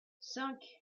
cinq